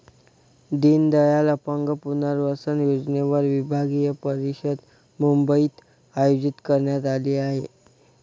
दीनदयाल अपंग पुनर्वसन योजनेवर विभागीय परिषद मुंबईत आयोजित करण्यात आली आहे